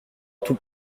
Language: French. tout